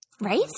Right